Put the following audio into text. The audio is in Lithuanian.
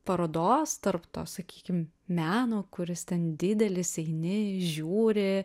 parodos tarp to sakykim meno kuris ten didelis eini žiūri